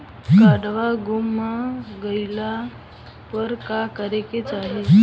काडवा गुमा गइला पर का करेके चाहीं?